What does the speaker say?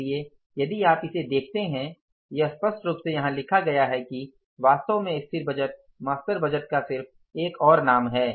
इसलिए यदि आप इसे देखते हैं यह स्पष्ट रूप से यहां लिखा गया है कि वास्तव में स्थिर बजट मास्टर बजट का सिर्फ एक और नाम है